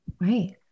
Right